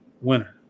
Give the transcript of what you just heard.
winner